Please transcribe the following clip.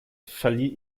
verlieh